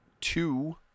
Two